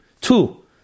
Two